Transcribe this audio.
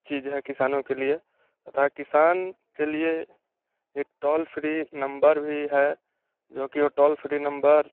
चीज है किसानों के लिए अतः किसान के लिए एक टॉल फ्री नंबर भी है जो कि वो टॉल फ्री नंबर